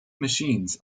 machines